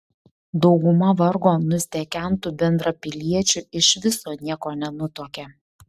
dauguma vargo nustekentų bendrapiliečių iš viso nieko nenutuokia